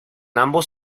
ambos